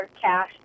cash